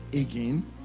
again